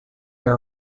are